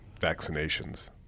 vaccinations